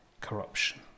corruption